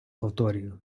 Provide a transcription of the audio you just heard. повторюю